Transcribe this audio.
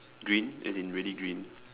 green as in really green